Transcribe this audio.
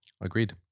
Agreed